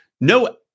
no